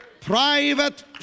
Private